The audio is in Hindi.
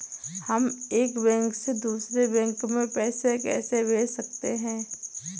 हम एक बैंक से दूसरे बैंक में पैसे कैसे भेज सकते हैं?